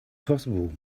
possible